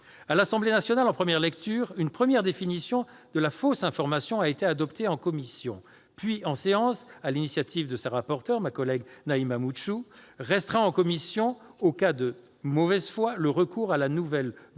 À l'Assemblée nationale, en première lecture, une première définition de la fausse information a été adoptée en commission, puis en séance, à l'initiative de la rapporteur, ma collègue Naïma Moutchou. Restreint, en commission, aux cas de « mauvaise foi », le recours à la nouvelle voie